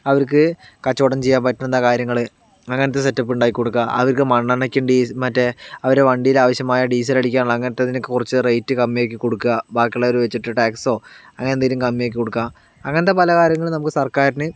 അവർക്ക് കച്ചവടം ചെയ്യാൻ പറ്റുന്ന കാര്യങ്ങൾ അങ്ങനത്തെ സെറ്റപ്പ് ഉണ്ടാക്കി കൊടുക്കുക അവർക്ക് മണ്ണെണ്ണയ്ക്കും ഡീസ് മറ്റേ അവരെ വണ്ടിയിൽ ആവശ്യമായ ഡീസൽ അടിയ്ക്കാനുള്ള അങ്ങനത്തതിനൊക്കെ കുറച്ച് റേറ്റ് കമ്മി ആക്കി കൊടുക്കുക ബാക്കി ഉള്ളവരെ വെച്ചിട്ട് ടേക്സോ അങ്ങനെ എന്തേലും കമ്മി ആക്കി കൊടുക്കുക അങ്ങനത്തെ പല കാര്യങ്ങൾ നമുക്ക് സർക്കാരിന്